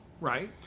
Right